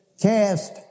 cast